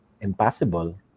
impossible